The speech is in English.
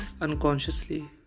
unconsciously